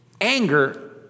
Anger